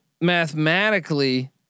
mathematically